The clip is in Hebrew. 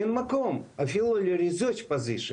אין מקום אפילו -- -position .